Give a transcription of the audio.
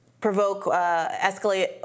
provoke—escalate